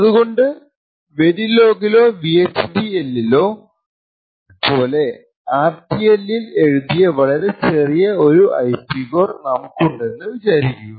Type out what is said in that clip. അതുകൊണ്ട് വേരിലോഗിലോ V H D എലിലോ പോലെ ആർ ടി എലിൽ എഴുതിയ വളരെ വലിയ ഒരു ഐപി കോർ നമുക്കുണ്ടെന്ന് വിചാരിക്കുക